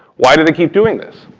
why did it keep doing this?